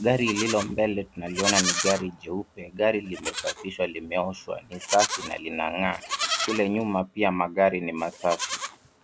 Gari lililo mbele tunalliona ni jeupe gari limesafishwa limeoshwa ni safi na lina ngaa. Kule nyuma pia magari ni masafi.